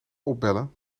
opbellen